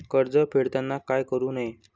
कर्ज फेडताना काय करु नये?